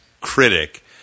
critic